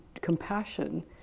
compassion